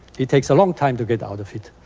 it takes a long time to get out of it.